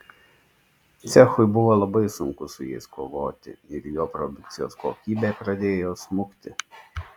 cechui buvo labai sunku su jais kovoti ir jo produkcijos kokybė pradėjo smukti